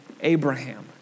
Abraham